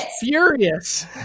furious